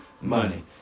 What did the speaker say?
money